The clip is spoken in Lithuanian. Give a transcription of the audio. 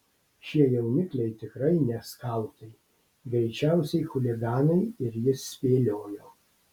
šie jaunikliai tikrai ne skautai greičiausiai chuliganai ir jis spėliojo